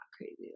crazy